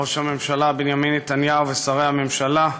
ראש הממשלה בנימין נתניהו ושרי הממשלה,